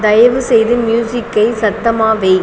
தயவுசெய்து மியூசிக்கை சத்தமாக வை